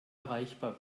erreichbar